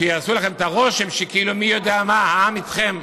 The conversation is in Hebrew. שיעשו לכם את הרושם שכאילו מי יודע מה, העם איתכם.